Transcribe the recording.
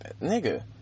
nigga